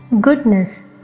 goodness